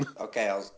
Okay